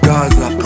Gaza